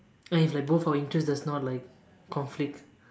and if like both our interest like does not conflict